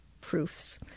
proofs